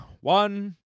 One